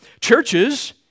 Churches